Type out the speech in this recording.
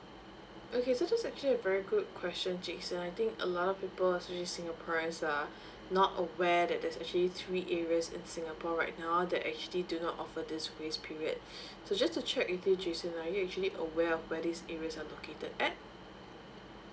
okay so that's actually a very good question jason I think a lot of people especially singaporeans are not aware that there's actually three areas in singapore right now that actually do not offer this grace period so just to check with you jason are you actually aware of where these areas are located at